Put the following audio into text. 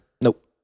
Nope